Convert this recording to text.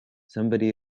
somebody